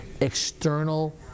external